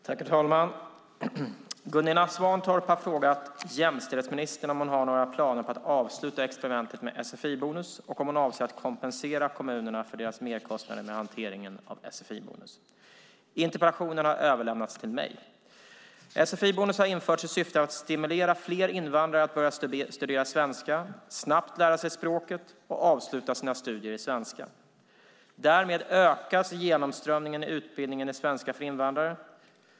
Herr talman! Gunilla Svantorp har frågat jämställdhetsministern om hon har några planer på att avsluta experimentet med sfi-bonus och om hon avser att kompensera kommunerna för deras merkostnader med hanteringen av sfi-bonus. Interpellationen har överlämnats till mig. Sfi-bonus har införts i syfte att stimulera fler invandrare att börja studera svenska, snabbt lära sig språket och avsluta sina studier i svenska. Därmed ökas genomströmningen i utbildningen i svenska för invandrare.